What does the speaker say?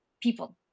people